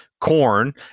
corn